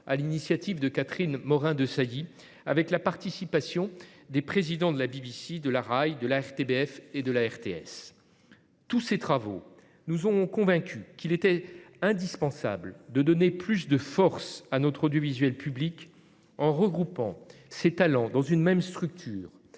l'initiative de Catherine Morin-Desailly, avec la participation des présidents de la BBC, de la RAI, de la RTBF et de la RTS. Tous ces travaux nous ont convaincus qu'il était indispensable de donner plus de force à notre audiovisuel public, en regroupant ses talents dans une même structure,